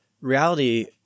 reality